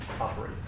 operate